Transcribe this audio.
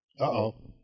Uh-oh